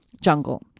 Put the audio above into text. jungle